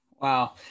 wow